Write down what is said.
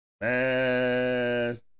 Man